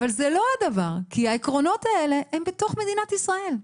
אבל זה לא המצב - העקרונות האלה הם בתוך מדינת ישראל.